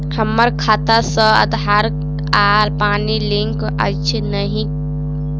हम्मर खाता सऽ आधार आ पानि लिंक अछि की नहि?